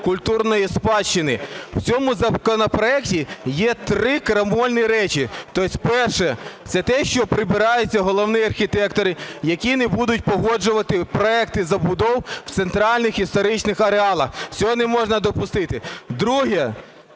культурної спадщини. У цьому законопроекті є три крамольні речі. Перше – це те, що прибираються головні архітектори, які не будуть погоджувати проекти забудов в центральних історичних ареалах. Цього не можна допустити. Друге.